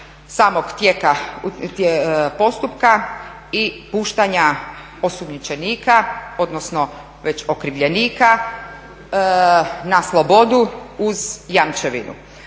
samog tijeka postupka i puštanja osumnjičenika, odnosno već okrivljenika na slobodu uz jamčevinu.